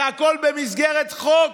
והכול במסגרת חוק.